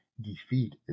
defeat